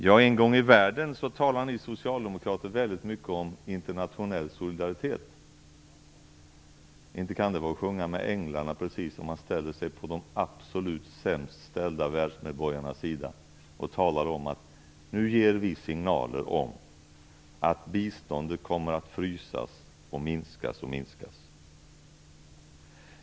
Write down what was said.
Men en gång i tiden talade ni socialdemokrater väldigt mycket om internationell solidaritet. Inte kan det väl precis vara att sjunga med änglarna om man ställer sig på de absolut sämst ställda världsmedborgarnas sida och säger att vi nu ger signaler om att biståndet kommer att frysas och minskas - och minskas.